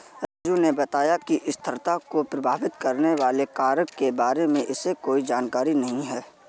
राजू ने बताया कि स्थिरता को प्रभावित करने वाले कारक के बारे में उसे कोई जानकारी नहीं है